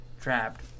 trapped